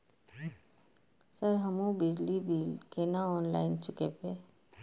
Sir हमू बिजली bill केना ऑनलाईन चुकेबे?